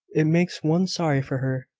it makes one sorry for her,